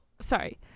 sorry